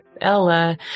Ella